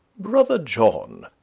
brother john,